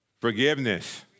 Forgiveness